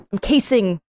casing